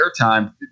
airtime